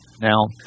now